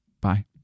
Bye